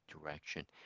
direction